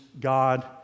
God